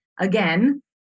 again